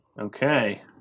Okay